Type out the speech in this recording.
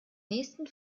nächsten